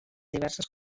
diverses